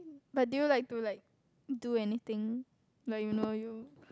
but do you like to like do anything like you know you